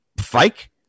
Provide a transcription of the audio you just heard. fake